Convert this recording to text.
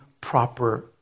proper